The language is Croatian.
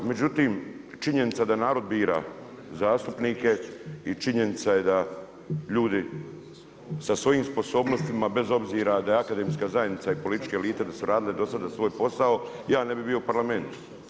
Međutim, činjenica da narod bira zastupnike i činjenica je da ljudi sa svojim sposobnostima bez obzira da je akademska zajednice i političke elite da su radile do sada svoj posao ja ne bi bio u Parlamentu.